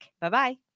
Bye-bye